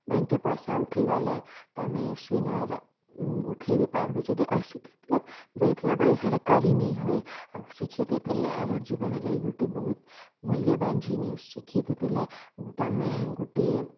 ବ୍ୟାଙ୍କ୍କେ ପଇସା ଉଠେଇଗଲେ ତମେ ସେନର୍ ଉଠେଇ ବି ପାରବ୍ ଯଦି ଅଶିକ୍ଷିତ୍ ଲୋକ୍ ଯାଇଥିବ ବେଲେ ସେଇଟା କରି ନାଇଁହୁଏ ଆଉ ଶିକ୍ଷିତ୍ ହେଇଥିଲେ ଆମର୍ ଜୀବନରେ ଗୁଟେ ବହୁତ୍ ମୂଲ୍ୟବାନ୍ ଜିନିଷ୍ ଶିକ୍ଷିତ୍ ହିଥିଲେ ତମେ ଗୁଟେ